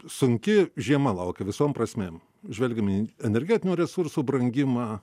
sunki žiema laukia visom prasmėm žvelgiame į energetinių resursų brangimą